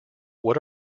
what